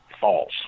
false